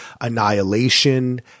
Annihilation